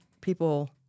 people